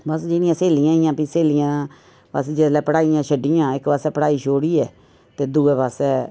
बस जिन्नियां स्हेलियां ही फ्ही स्हेलियां अस जेल्लै पढ़ाइयां छड्डियां इक पास्सै पढ़ाई छोड़ियै ते दुए पास्सै